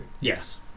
Yes